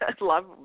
love